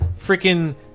freaking